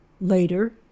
later